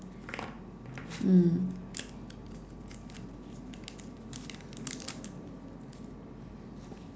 mm